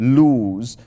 lose